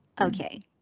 Okay